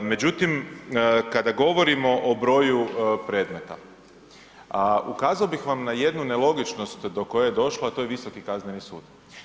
Međutim, kada govorimo o broju predmeta, ukazao bi vam na jednu nelogičnost do koje je došla a to je Visoki kazneni sud.